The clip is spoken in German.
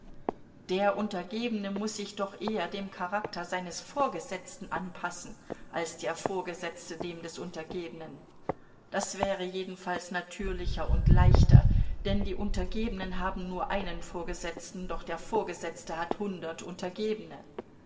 der untergebene muß sich doch eher dem charakter seines vorgesetzten anpassen als der vorgesetzte dem des untergebenen das wäre jedenfalls natürlicher und leichter denn die untergebenen haben nur einen vorgesetzten doch der vorgesetzte hat hundert untergebene